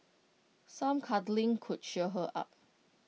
some cuddling could cheer her up